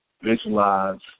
visualize